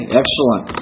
excellent